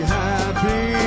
happy